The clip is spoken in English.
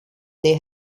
they